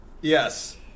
Yes